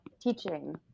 teaching